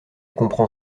comprend